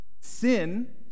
sin